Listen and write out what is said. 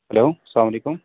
hello سلام علیکُم